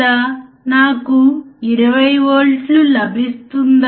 కాబట్టి 2 ఇన్టు 12 24 అవుతుంది